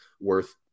worth